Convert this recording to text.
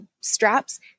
straps